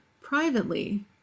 privately